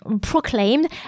proclaimed